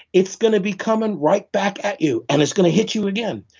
it's going to be coming right back at you and it's going to hit you again.